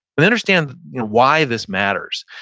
but understand why this matters,